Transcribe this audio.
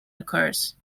occurs